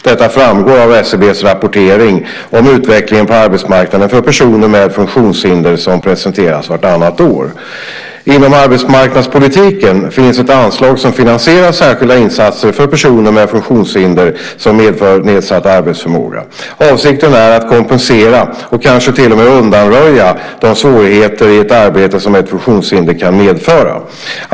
Detta framgår av SCB:s rapportering om utvecklingen på arbetsmarknaden för personer med funktionshinder som presenteras vartannat år. Inom arbetsmarknadspolitiken finns ett anslag som finansierar särskilda insatser för personer med funktionshinder som medför nedsatt arbetsförmåga. Avsikten är att kompensera och kanske till och med undanröja de svårigheter i ett arbete som ett funktionshinder kan medföra.